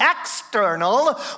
external